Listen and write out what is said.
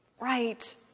right